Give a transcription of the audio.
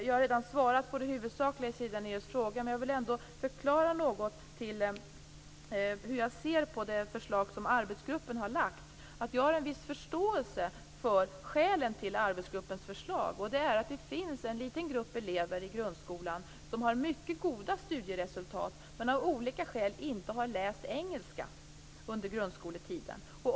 Jag har redan svarat på det huvudsakliga i Siri Dannaeus fråga, men jag vill ändå förklara något hur jag ser på det förslag som arbetsgruppen har lagt fram. Jag har en viss förståelse för skälen till arbetsgruppens förslag. Det finns en liten grupp elever i grundskolan som har mycket goda studieresultat men som av olika skäl inte har läst engelska under grundskoletiden.